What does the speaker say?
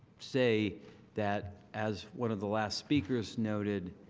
say that as one of the last speakers noted